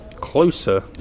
closer